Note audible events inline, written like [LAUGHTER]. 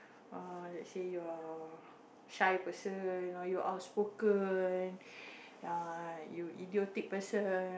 uh actually you are shy person are you outspoken [BREATH] err you idiotic person